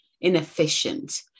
inefficient